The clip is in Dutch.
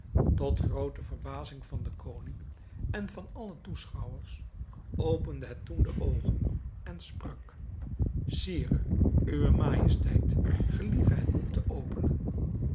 tot groote verbazing van den koning en van alle toeschouwers opende het toen de oogen en sprak sire uwe majesteit gelieve het boek te openen